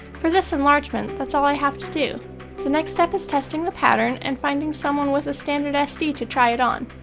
for this enlargement, that's all i have to do the next step is testing the pattern and finding someone with a standard sd to try it on.